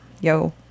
yo